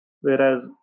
Whereas